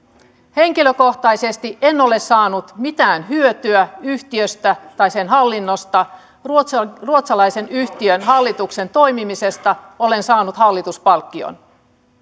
henkilökohtaisesti en ole saanut mitään hyötyä yhtiöstä tai sen hallinnosta ruotsalaisen ruotsalaisen yhtiön hallituksessa toimimisesta olen saanut hallituspalkkion